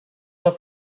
auf